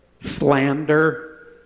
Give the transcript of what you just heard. slander